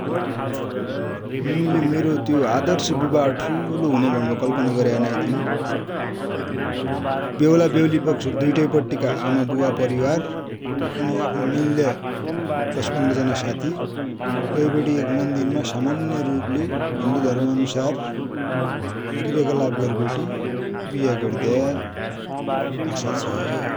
मुइले मरो त्यो आदर्श बिवाह ठुलो हुने भन्बटि कल्पना गर्या नाइ थिउ, बेहुला बेहुलि पक्ष दुइटै पट्टी का आमा बुवा परिवार अनि आफ्नो मिल्दया दश पन्ध्र जना सथि गैबटी एक मन्दिर मा सामान्य रुपले हिन्दु धर्म अनुसार क्रियकलाप गर्बटी बिहा गर्ने आशा छ ।